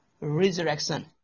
Resurrection